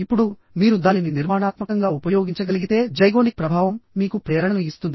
ఇప్పుడుమీరు దానిని నిర్మాణాత్మకంగా ఉపయోగించగలిగితే జైగోనిక్ ప్రభావం మీకు ప్రేరణను ఇస్తుంది